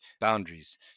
boundaries